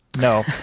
No